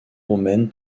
roumaine